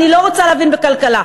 אני לא רוצה להבין בכלכלה,